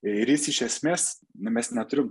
ir jis iš esmės na mes neturim